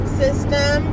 system